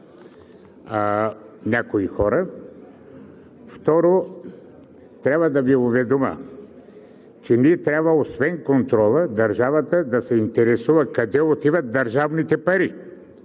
някои хора. Второ, трябва да Ви уведомя, че освен контрола, и държавата да се интересува къде отиват държавните пари.